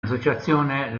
associazione